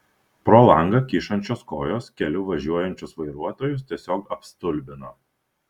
pro langą kyšančios kojos keliu važiuojančius vairuotojus tiesiog apstulbino